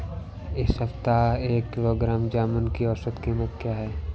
इस सप्ताह एक किलोग्राम जामुन की औसत कीमत क्या है?